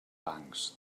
bancs